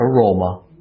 aroma